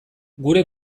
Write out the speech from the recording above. gure